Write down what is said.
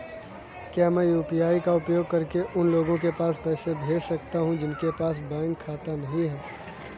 क्या मैं यू.पी.आई का उपयोग करके उन लोगों को पैसे भेज सकता हूँ जिनके पास बैंक खाता नहीं है?